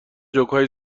جوکهای